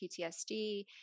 PTSD